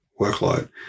workload